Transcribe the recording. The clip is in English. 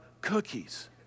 cookies